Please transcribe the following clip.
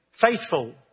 faithful